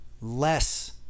less